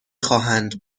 خواهند